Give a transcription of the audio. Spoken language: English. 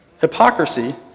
Hypocrisy